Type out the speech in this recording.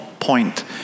point